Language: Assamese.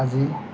আজি